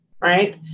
right